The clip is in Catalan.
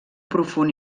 profund